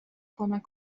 کمک